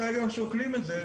אנחנו כרגע שוקלים את זה,